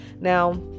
Now